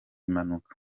mpanuka